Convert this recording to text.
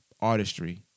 artistry